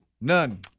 None